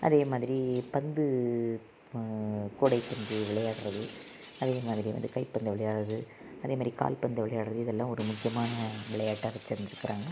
அதே மாதிரி பந்து கூடை பந்து விளையாடுறது அதே மாதிரி வந்து கை பந்து விளையாடுறது அதே மாதிரி கால் பந்து விளையாடுறது இதெல்லாம் ஒரு முக்கியமான விளையாட்டாக வச்சுசிருந்து இருக்கிறாங்க